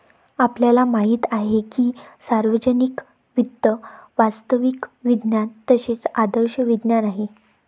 आपल्याला माहित आहे की सार्वजनिक वित्त वास्तविक विज्ञान तसेच आदर्श विज्ञान आहे